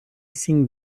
cinc